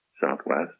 Southwest